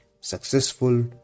successful